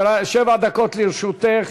שבע דקות לרשותך.